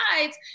sides